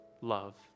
love